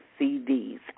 CDs